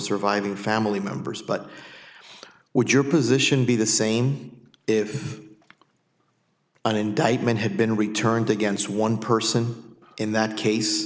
surviving family members but would your position be the same if an indictment had been returned against one person in that case